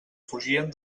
fugien